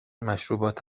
مشروبات